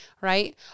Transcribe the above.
right